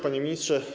Panie Ministrze!